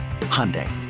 Hyundai